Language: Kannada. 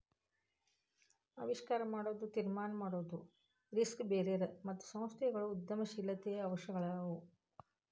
ಆವಿಷ್ಕಾರ ಮಾಡೊದು, ತೀರ್ಮಾನ ಮಾಡೊದು, ರಿಸ್ಕ್ ಬೇರರ್ ಮತ್ತು ಸಂಸ್ಥೆಗಳು ಉದ್ಯಮಶೇಲತೆಯ ಅಂಶಗಳಾಗ್ಯಾವು